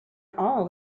all